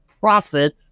profit